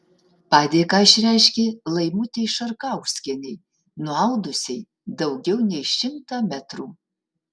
padėką išreiškė laimutei šarkauskienei nuaudusiai daugiau nei šimtą metrų